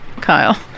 Kyle